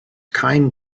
kind